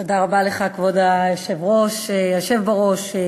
תודה רבה לך, כבוד היושב-ראש, היושב בראש.